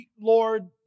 Lord